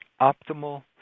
optimal